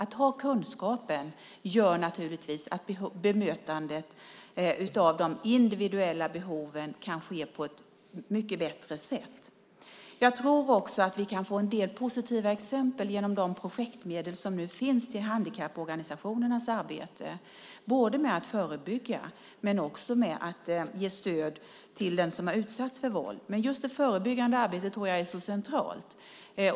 Att ha kunskapen gör att bemötandet av de individuella behoven kan ske på ett mycket bättre sätt. Jag tror också att vi kan få en del positiva exempel genom de projektmedel som nu finns till handikapporganisationernas arbete både med att förebygga men också med att ge stöd till dem som har utsatts för våld. Just det förebyggande arbetet är så centralt.